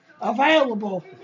available